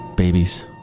babies